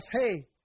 hey